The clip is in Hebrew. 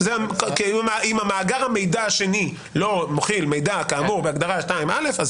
אם מאגר המידע השני לא מכיל מידע כאמור בהגדרה 2 (א).